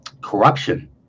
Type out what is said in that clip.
corruption